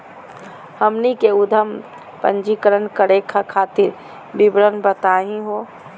हमनी के उद्यम पंजीकरण करे खातीर विवरण बताही हो?